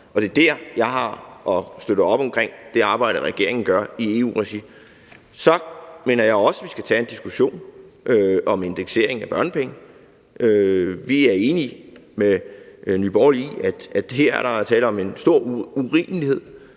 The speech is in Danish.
det er der, jeg støtter op omkring det arbejde, regeringen gør i EU-regi. Så mener jeg også, at vi skal tage en diskussion om indeksering af børnepenge. Vi er enige med Nye Borgerlige i, at der her er tale om en stor urimelighed,